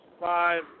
five